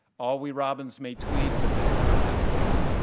all we robins may tweet. but this bird has wings.